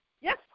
Yes